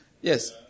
Yes